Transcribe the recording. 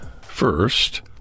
First